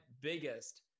biggest